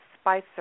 spicer